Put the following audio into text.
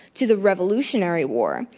to the revolutionary war,